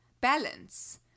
balance